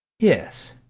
yes,